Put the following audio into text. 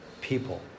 people